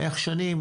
איך שנים,